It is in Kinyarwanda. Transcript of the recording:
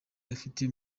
afite